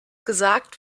gesagt